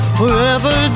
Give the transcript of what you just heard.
forever